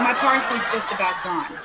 parsley just about gone.